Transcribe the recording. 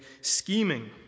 scheming